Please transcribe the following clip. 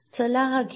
चला हा साचा घेऊ